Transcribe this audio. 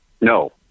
No